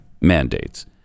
mandates